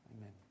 Amen